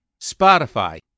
Spotify